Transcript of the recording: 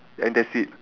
and that's it